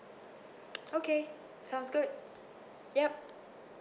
okay sounds good yup